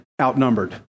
Outnumbered